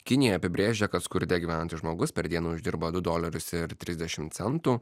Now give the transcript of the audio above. kinija apibrėžia kad skurde gyvenantis žmogus per dieną uždirba du dolerius ir trisdešimt centų